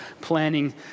planning